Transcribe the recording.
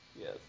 Yes